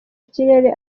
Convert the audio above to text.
kirere